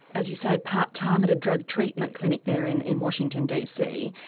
as you say, part time at a drug treatment clinic there in in washington dc.